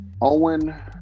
Owen